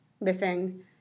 missing